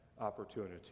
opportunity